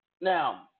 Now